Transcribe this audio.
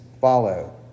follow